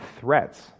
threats